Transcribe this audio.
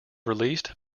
released